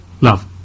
love